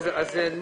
כן.